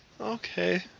Okay